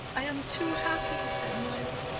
i am too happy, said mirah.